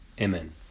Amen